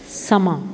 ਸਮਾਂ